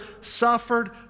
suffered